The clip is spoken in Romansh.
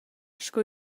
sco